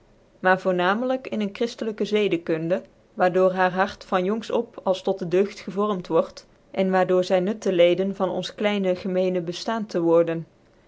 maar voonumcntlijk in een cliriftclijke zcdckunde waar door haar hart van jongs op als tot dc deugd cvormt word en waar door zy nutte leden van ons kleine gcmccnc beft ftaan te worden